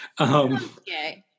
Okay